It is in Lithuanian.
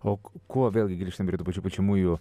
o kuo vėl gi grįžtam prie tų pačių pučiamųjų